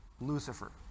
Lucifer